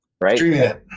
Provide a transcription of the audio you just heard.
right